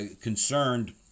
concerned